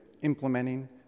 implementing